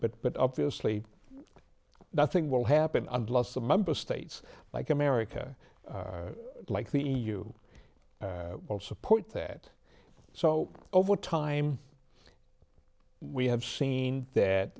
but but obviously nothing will happen unless the member states like america like the e u all support that so over time we have seen that